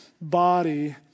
body